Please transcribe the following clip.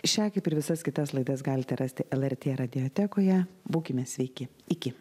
šią kaip ir visas kitas laidas galite rasti lrt radiotekoje būkime sveiki iki